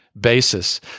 basis